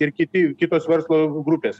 ir kiti kitos verslo grupės